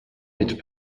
mit